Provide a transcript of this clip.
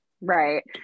Right